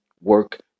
work